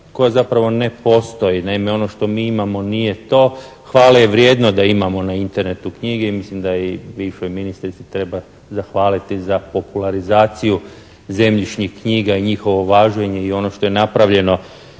koja zapravo ne postoji. Naime, ono što mi imamo nije to. Hvale je vrijedno da imamo na internetu knjige i mislim da i bivšoj ministrici treba zahvaliti za popularizaciju zemljišnih knjiga i njihovo važenje i ono što je napravljeno